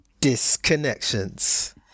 Disconnections